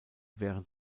während